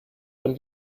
dann